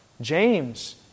James